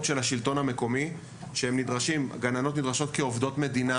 של השלטון המקומי גננות כעובדות מדינה,